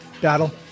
battle